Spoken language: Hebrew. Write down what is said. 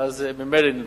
ואז ממילא נבדוק.